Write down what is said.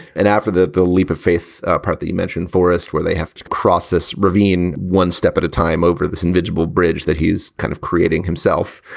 and after that, the leap of faith. partha you mentioned forest where they have to cross this ravine one step at a time over this invisible bridge that he's kind of creating himself.